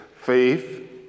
faith